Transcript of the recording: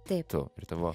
taip tu ir tavo